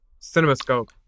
Cinemascope